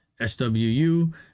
SWU